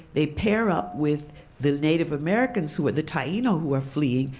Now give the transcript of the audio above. they pair up with the native americans, who are the taino who are fleeing,